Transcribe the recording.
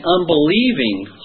unbelieving